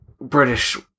British